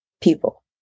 people